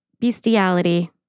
Bestiality